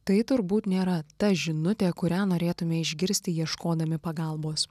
tai turbūt nėra ta žinutė kurią norėtume išgirsti ieškodami pagalbos